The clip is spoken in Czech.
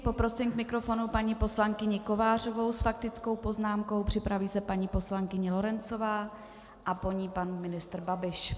Poprosím k mikrofonu paní poslankyni Kovářovou s faktickou poznámkou, připraví se paní poslankyně Lorencová a po ní pan ministr Babiš.